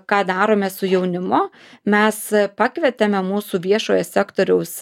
ką darome su jaunimu mes pakvietėme mūsų viešojo sektoriaus